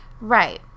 Right